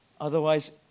Otherwise